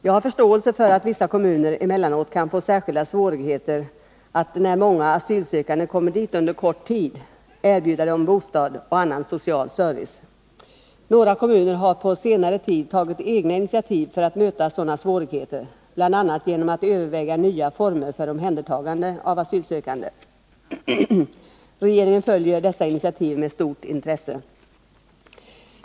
Jag har förståelse för att vissa kommuner emellanåt kan få särskilda svårigheter att, när många asylsökande kommer dit under kort tid, erbjuda dem bostad och annan social service. Några kommuner har på senare tid tagit egna initiativ för att möta sådana svårigheter, bl.a. genom att överväga nya former för omhändertagande av asylsökande. Regeringen följer dessa initiativ med stort intresse.